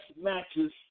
matches